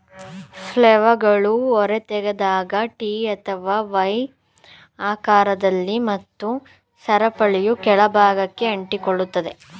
ಫ್ಲೇಲ್ಗಳು ಹೊರತೆಗೆದಾಗ ಟಿ ಅಥವಾ ವೈ ಆಕಾರದಲ್ಲಿದೆ ಮತ್ತು ಸರಪಳಿಯು ಕೆಳ ಭಾಗಕ್ಕೆ ಅಂಟಿಕೊಳ್ಳುತ್ತದೆ